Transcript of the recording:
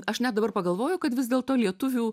aš net dabar pagalvojau kad vis dėlto lietuvių